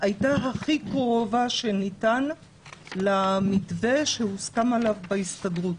הייתה הכי קרובה שניתן למתווה שהוסכם עליו בהסתדרות,